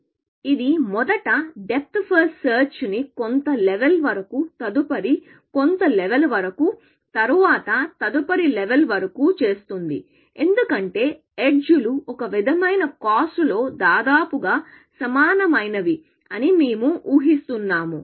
కాబట్టి ఇది మొదట డెప్త్ ఫస్ట్ సెర్చ్ ని కొంత లెవెల్ వరకు తదుపరి కొంత లెవెల్ వరకు తరువాత తదుపరి లెవెల్ వరకు చేస్తుంది ఎందుకంటే ఎడ్జ్ లు ఒక విధమైనవి కాస్ట్ లో దాదాపుగా సమానమైనవి అని మేము ఊహిస్తున్నాము